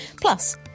Plus